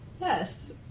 Yes